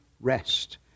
rest